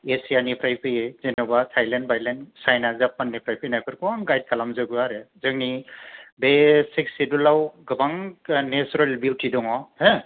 एसियानिफ्राय फैयो जेन'बा थायलेण्ड बायलेण्ड सायना जापान निफ्राय फैनायफोरखौ आं गायद खालामजोबो आरो जोंनि बे सिकस सेदुलाव गोबां नेसारेल बिउथि दङ हो